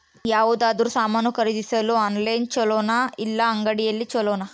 ಯಾವುದಾದರೂ ಸಾಮಾನು ಖರೇದಿಸಲು ಆನ್ಲೈನ್ ಛೊಲೊನಾ ಇಲ್ಲ ಅಂಗಡಿಯಲ್ಲಿ ಛೊಲೊನಾ?